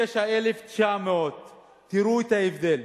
89,900. תראו את ההבדל.